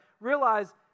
realize